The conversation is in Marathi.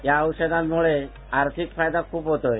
या औषधांमुळे आर्थिक फायदा खूष होतोय